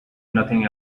nothing